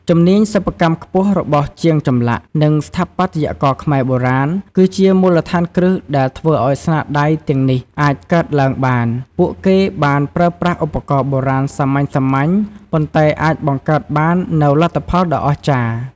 ជំនាញសិប្បកម្មខ្ពស់របស់ជាងចម្លាក់ និងស្ថាបត្យករខ្មែរបុរាណ គឺជាមូលដ្ឋានគ្រឹះដែលធ្វើឱ្យស្នាដៃទាំងនេះអាចកើតឡើងបាន។ ពួកគេបានប្រើប្រាស់ឧបករណ៍បុរាណសាមញ្ញៗ ប៉ុន្តែអាចបង្កើតបាននូវលទ្ធផលដ៏អស្ចារ្យ។